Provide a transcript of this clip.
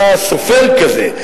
היה סופר כזה,